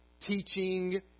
teaching